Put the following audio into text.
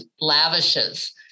lavishes